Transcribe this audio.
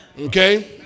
Okay